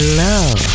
love